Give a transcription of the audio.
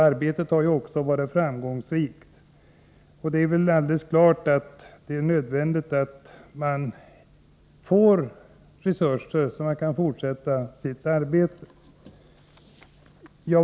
Arbetet har ju också varit framgångsrikt. Det är självfallet helt nödvändigt att stiftelsen får resurser, så att den kan fortsätta sitt arbete.